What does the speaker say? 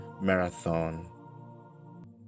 marathon